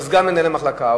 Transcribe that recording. או סגן מנהל המחלקה,